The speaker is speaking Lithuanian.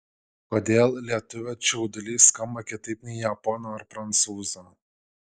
kodėl lietuvio čiaudulys skamba kitaip nei japono ar prancūzo